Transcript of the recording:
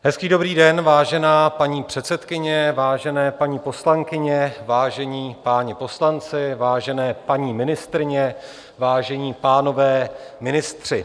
Hezký dobrý den, vážená paní předsedkyně, vážené paní poslankyně, vážení páni poslanci, vážené paní ministryně, vážení pánové ministři.